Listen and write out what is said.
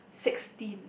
sixteen